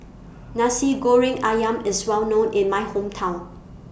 Nasi Goreng Ayam IS Well known in My Hometown